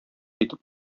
итеп